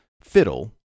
Fiddle